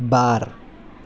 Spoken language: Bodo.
बार